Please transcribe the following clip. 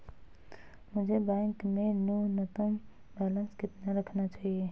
मुझे बैंक में न्यूनतम बैलेंस कितना रखना चाहिए?